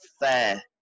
fair